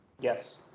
Yes